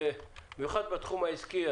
במיוחד בתחום העסקי,